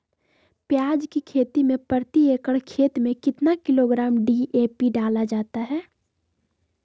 प्याज की खेती में प्रति एकड़ खेत में कितना किलोग्राम डी.ए.पी डाला जाता है?